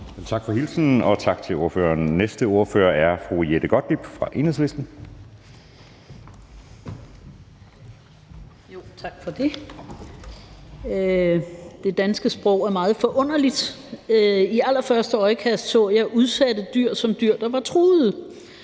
Tak for hilsenen, og tak til ordføreren. Næste ordfører er fru Jette Gottlieb fra Enhedslisten. Kl. 13:14 (Ordfører) Jette Gottlieb (EL): Tak for det. Det danske sprog er meget forunderligt. Ved allerførste øjekast så jeg udsatte dyr som dyr, der var truet,